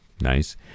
nice